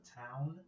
town